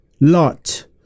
Lot